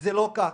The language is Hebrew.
זה לא כך.